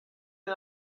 aet